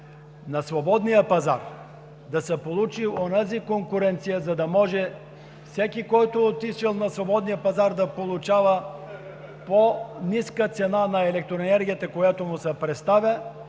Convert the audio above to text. на свободния пазар да се получи конкуренция, за да може всеки, който е отишъл на свободния пазар, да получава по-ниска цена на електроенергията, която му се предоставя,